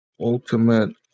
Ultimate